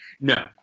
No